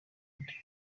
kandi